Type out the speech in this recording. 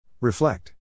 Reflect